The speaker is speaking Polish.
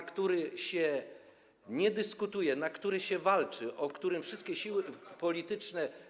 o których się nie dyskutuje, o które się walczy, o których wszystkie siły polityczne.